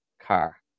car